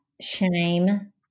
shame